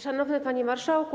Szanowny Panie Marszałku!